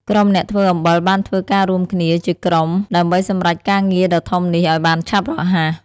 ក្រុមអ្នកធ្វើអំបិលបានធ្វើការរួមគ្នាជាក្រុមដើម្បីសម្រេចការងារដ៏ធំនេះឲ្យបានឆាប់រហ័ស។